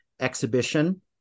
exhibition